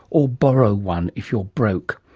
or borrow one if you're broke.